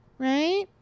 Right